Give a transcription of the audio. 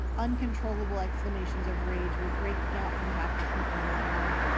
uncontrollable exclamations of rage were breaking out from half the people in the room.